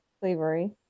slavery